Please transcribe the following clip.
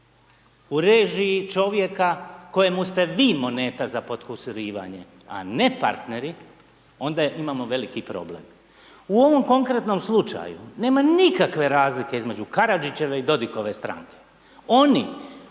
u režiji čovjeka kojemu ste vi moneta za podkusurivanje, a ne partneri onda imamo veliki problem. U ovom konkretnom slučaju nema nikakve razlike između Karađičeve i Dodikove stranke oni